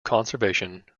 conservation